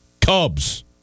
Cubs